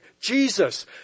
Jesus